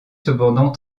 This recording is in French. cependant